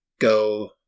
go